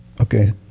Okay